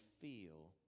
feel